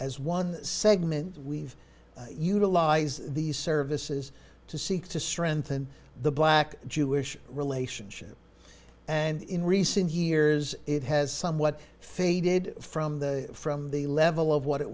as one segment we've utilize these services to seek to strengthen the black jewish relationship and in recent years it has somewhat faded from the from the level of what it